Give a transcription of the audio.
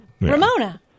Ramona